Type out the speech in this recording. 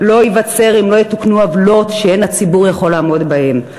לא ייווצר אם לא יתוקנו עוולות שאין הציבור יכול לעמוד בהן.